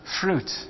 fruit